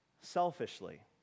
selfishly